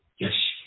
Yes